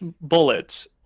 bullets